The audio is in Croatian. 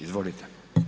Izvolite.